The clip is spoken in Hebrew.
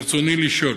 ברצוני לשאול: